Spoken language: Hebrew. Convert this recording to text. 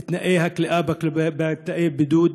את תנאי הכליאה בתאי בידוד,